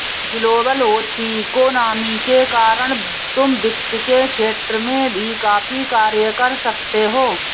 global होती economy के कारण तुम वित्त के क्षेत्र में भी काफी कार्य कर सकते हो